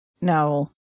No